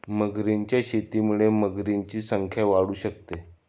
मगरींच्या शेतीमुळे मगरींची संख्या वाढू शकते